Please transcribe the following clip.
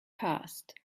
passed